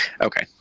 Okay